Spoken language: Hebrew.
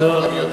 הוא גם יודע מה,